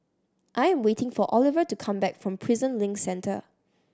I'm waiting for Oliver to come back from Prison Link Centre